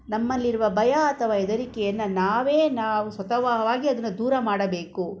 ನಮ್ಮಲ್ಲಿರುವ ಭಯ ಅಥವಾ ಹೆದರಿಕೆಯನ್ನ ನಾವೇ ನಾವು ಸ್ವತಃವಾಗಿ ಅದನ್ನು ದೂರ ಮಾಡಬೇಕು